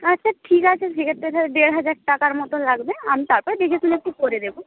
আচ্ছা ঠিক আছে সেক্ষেত্রে স্যার দেড় হাজার টাকার মতো লাগবে আমি তারপরে দেখে শুনে একটু করে দেবো